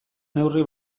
neurri